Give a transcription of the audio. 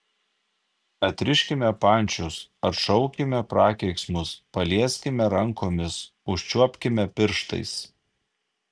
atriškime pančius atšaukime prakeiksmus palieskime rankomis užčiuopkime pirštais